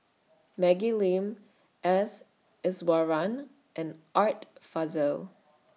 Maggie Lim S Iswaran and Art Fazil